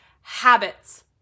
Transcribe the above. habits